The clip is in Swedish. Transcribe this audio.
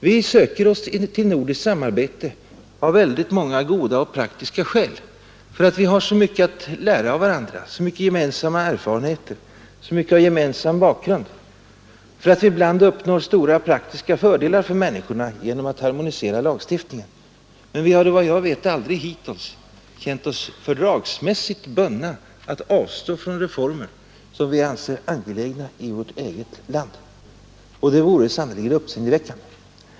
Vi söker oss till nordiskt samarbete av många goda och praktiska skäl: därför att vi har så mycket att lära av varandra, så många gemensamma erfarenheter, så mycket av gemensam bakgrund, och därför att vi ibland uppnår stora praktiska fördelar för människorna genom att harmonisera lagstiftningen. Men vi har vad jag vet aldrig hittills känt oss fördragsmässigt bundna att avstå från reformer som vi anser angelägna i vårt eget land — och det vore sannerligen uppseendeväckande.